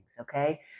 okay